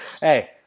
Hey